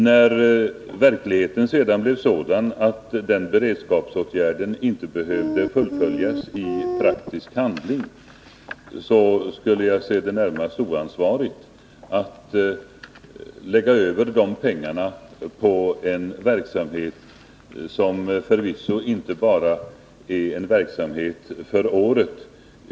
När verkligheten sedan blev den att beredskapsåtgärden inte behövde fullföljas i praktisk handling, skulle det som jag ser det ha varit närmast oansvarigt att lägga över de pengarna på en verksamhet som förvisso inte bara är en verksamhet för året.